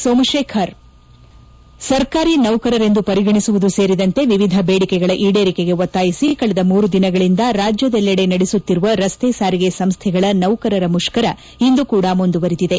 ಸೋಮಶೇಖರ್ ಸರ್ಕಾರಿ ನೌಕರರೆಂದು ಪರಿಗಣಿಸುವುದು ಸೇರಿದಂತೆ ವಿವಿಧ ಬೇಡಿಕೆಗಳ ಈಡೇರಿಕೆಗೆ ಒತ್ತಾಯಿಸಿ ಕಳೆದ ಮೂರು ದಿನಗಳಿಂದ ರಾಜ್ಯದೆಲ್ಲೆಡೆ ನಡೆಸುತ್ತಿರುವ ರಸ್ತೆ ಸಾರಿಗೆ ಸಂಸ್ಥೆಗಳ ನೌಕರರ ಮುಷ್ಕರ ಇಂದು ಕೂಡ ಮುಂದುವರಿದಿದೆ